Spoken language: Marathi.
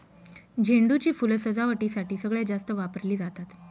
झेंडू ची फुलं सजावटीसाठी सगळ्यात जास्त वापरली जातात